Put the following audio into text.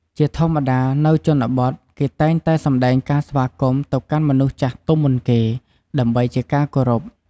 ជាធម្មតា នៅជនបទ គេតែងតែសម្ដែងការស្វាគមន៍ ទៅកាន់មនុស្សចាស់ទុំមុនគេ ដើម្បីជាការគោរព។